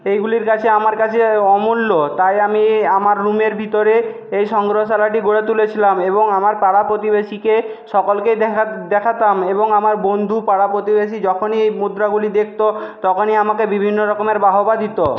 এইগুলির কাছে আমার কাছে অমূল্য তাই আমি আমার রুমের ভিতরে এই সংগ্রহশালাটি গড়ে তুলেছিলাম এবং আমার পাড়া প্রতিবেশীকে সকলকেই দেখা দেখাতাম এবং আমার বন্ধু পাড়া প্রতিবেশী যখনই এই মুদ্রাগুলি দেখত তখনই আমাকে বিভিন্ন রকমের বাহবা দিত